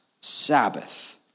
Sabbath